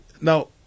Now